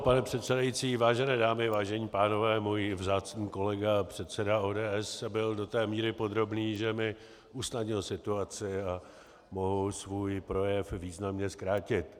Pane předsedající, vážené dámy, vážení pánové, můj vzácný kolega předseda ODS byl do té míry podrobný, že mi usnadnil situaci a mohu svůj projev významně zkrátit.